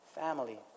family